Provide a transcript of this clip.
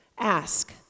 Ask